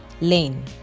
Lane